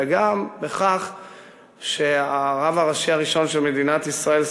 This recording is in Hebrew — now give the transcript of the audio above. וגם בכך שהרב הראשי הראשון של מדינת ישראל,